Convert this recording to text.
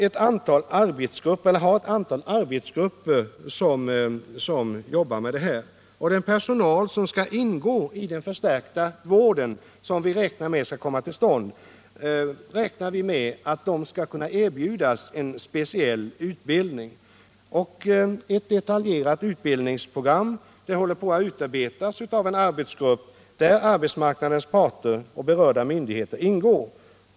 Ett antal arbetsgrupper jobbar alltså, och vi räknar med att den personal som skall ingå i den förstärkta vården kommer att kunna erbjudas en speciell utbildning. Ett detaljerat utbildningsprogram håller på att utarbetas av en arbetsgrupp där arbetsmarknadens parter och berörda myndigheter ingår.